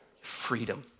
Freedom